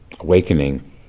Awakening